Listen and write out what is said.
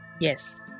Yes